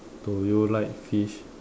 do you like fish